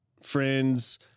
friends